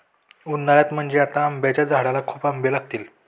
उन्हाळ्यात म्हणजे आता आंब्याच्या झाडाला खूप आंबे लागतील